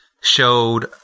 showed –